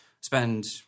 spend